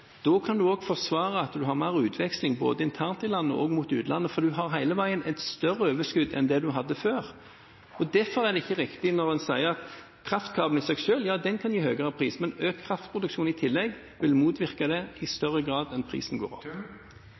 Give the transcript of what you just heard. Da kan man også forsvare at man har mer utveksling både internt i landet og mot utlandet, for man har hele veien et større overskudd enn man hadde før. Derfor er det ikke riktig når man sier at kraftkabler i seg selv kan gi høyere pris. Men økt kraftproduksjon i tillegg vil motvirke det i større grad enn det at prisen går